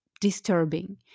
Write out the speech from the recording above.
disturbing